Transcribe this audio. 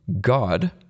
God